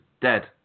dead